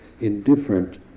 indifferent